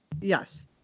yes